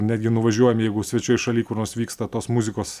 netgi nuvažiuojam jeigu svečioj šaly kur nors vyksta tos muzikos